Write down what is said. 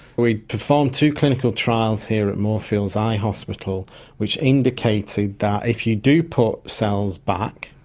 we'd performed two clinical trials here at moorfields eye hospital which indicated that if you do put cells back,